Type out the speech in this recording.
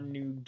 New